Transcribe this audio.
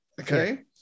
Okay